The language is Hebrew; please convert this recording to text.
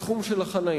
בתחום של החנייה.